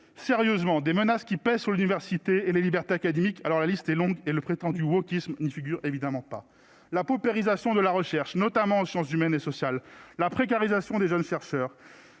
sérieusement des menaces qui pèsent sur l'université et les libertés académiques alors la liste est longue et le prétendu wokisme ne figure évidemment pas la paupérisation de la recherche, notamment en sciences humaines et sociales, la précarisation des jeunes chercheurs,